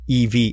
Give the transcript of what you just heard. EV